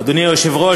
אדוני היושב-ראש,